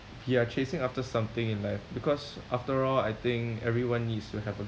we are chasing after something in life because after all I think everyone needs to have a